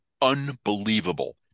unbelievable